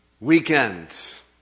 weekends